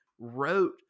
wrote